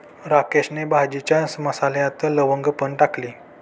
राकेशने भाजीच्या मसाल्यात लवंग पण टाकली